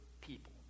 people